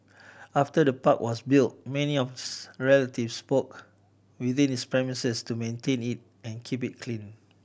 after the park was built many relatives book within its premises to maintain it and keep it clean